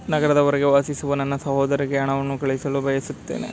ನಗರದ ಹೊರಗೆ ವಾಸಿಸುವ ನನ್ನ ಸಹೋದರನಿಗೆ ಹಣವನ್ನು ಕಳುಹಿಸಲು ಬಯಸುತ್ತೇನೆ